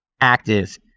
active